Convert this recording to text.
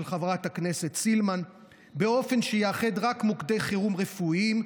חברת הכנסת סילמן באופן שיאחד רק מוקדי חירום רפואיים,